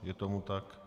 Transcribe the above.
Je tomu tak.